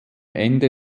ende